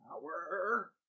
Power